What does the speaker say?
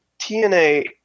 TNA